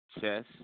Chess